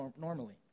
normally